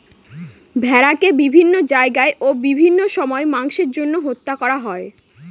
ভেড়াকে বিভিন্ন জায়গায় ও বিভিন্ন সময় মাংসের জন্য হত্যা করা হয়